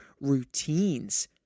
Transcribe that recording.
routines